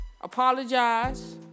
Apologize